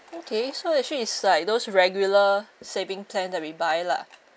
okay so actually it's like those regular saving plan that we buy lah